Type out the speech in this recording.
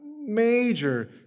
major